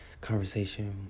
conversation